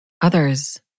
others